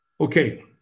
Okay